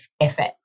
effort